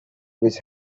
which